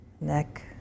neck